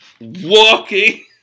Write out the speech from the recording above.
walking